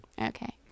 Okay